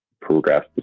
progress